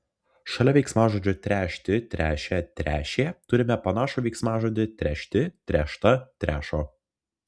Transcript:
šalia veiksmažodžio tręšti tręšia tręšė turime panašų veiksmažodį trešti tręšta trešo